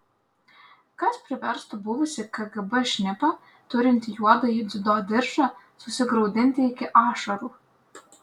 kas priverstų buvusį kgb šnipą turintį juodąjį dziudo diržą susigraudinti iki ašarų